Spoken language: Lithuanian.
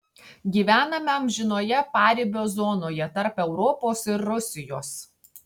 gyvename amžinoje paribio zonoje tarp europos ir rusijos